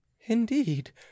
Indeed